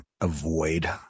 avoid